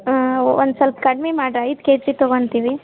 ಹಾಂ ಒಂದು ಸ್ವಲ್ಪ ಕಡ್ಮೆ ಮಾಡ್ರೆ ಐದು ಕೆ ಜಿ ತಗೊಳ್ತೀವಿ